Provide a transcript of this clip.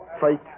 Fight